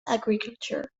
agriculture